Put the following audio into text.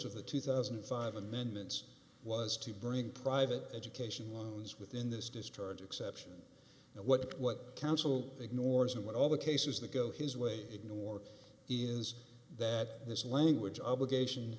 of the two thousand and five amendments was to bring private education loans within this discharge exception and what what counsel ignores and what all the cases that go his way ignore is that this language obligation